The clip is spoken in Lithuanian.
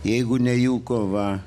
jeigu ne jų kova